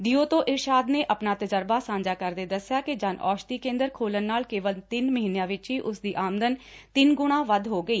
ਦਿਊ ਤੋ ਇਰਸ਼ਾਦ ਨੇ ਆਪਣਾ ਤਜ਼ਰਬਾ ਸਾਂਝਾ ਕਰਦੇ ਦੱਸਿਆ ਕਿ ਜਨ ਔਸ਼ਧੀ ਕੇ ਂਦਰ ਖੋਲੁਣ ਨਾਲ ਕੇਵਲ ਤਿੰਨ ਮਹੀਨਿਆਂ ਵਿਚ ਹੀ ਉਸਦੀ ਆਮਦਨ ਤਿੰਨ ਗੁਣਾ ਵੱਧ ਹੋ ਗਈ